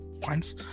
points